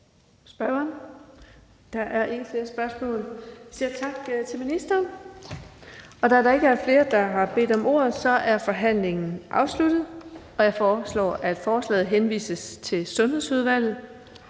der er ikke flere spørgsmål, så vi siger tak til ministeren. Da der ikke er flere, der har bedt om ordet, er forhandlingen afsluttet. Jeg foreslår, at forslaget til folketingsbeslutning